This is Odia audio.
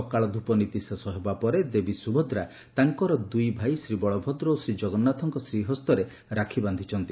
ସକାଳ ଧୂପ ନୀତି ଶେଷ ହେବା ପରେ ଦେବୀ ସୁଭଦ୍ରା ତାଙ୍କର ଦୁଇଭାଇ ଶ୍ରୀବଳଭଦ୍ର ଓ ଶ୍ରୀଜଗନ୍ନାଥଙ୍କ ଶ୍ରୀହସ୍ତରେ ରାକ୍ଷୀ ବାସିଛନ୍ତି